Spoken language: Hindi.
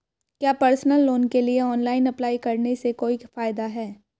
क्या पर्सनल लोन के लिए ऑनलाइन अप्लाई करने से कोई फायदा है?